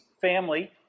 family